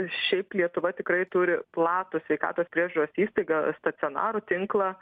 šiaip lietuva tikrai turi platų sveikatos priežiūros įstaigą stacionarų tinklą